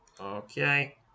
Okay